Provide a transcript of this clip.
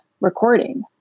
recording